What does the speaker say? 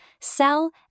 sell